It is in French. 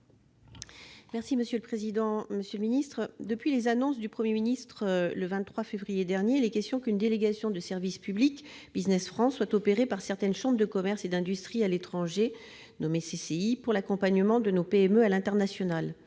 de l'Europe et des affaires étrangères. Depuis les annonces du Premier ministre, le 23 février dernier, il est question qu'une délégation de service public, Business France, soit opérée par certaines chambres de commerce et d'industrie à l'étranger pour l'accompagnement de nos PME à l'international.